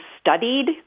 studied